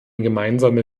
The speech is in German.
gemeinsame